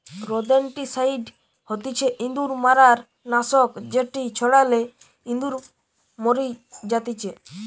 rodenticide হতিছে ইঁদুর মারার নাশক যেটি ছড়ালে ইঁদুর মরি জাতিচে